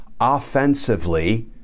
offensively